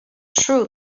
true